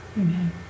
Amen